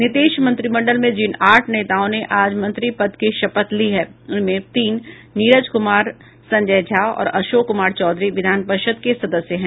नीतीश मंत्रिमंडल में जिन आठ नेताओं ने आज मंत्री पथ की शपथ ली है उनमें तीन नीरज कुमार संजय झा और अशोक कुमार चौधरी विधान परिषद के सदस्य हैं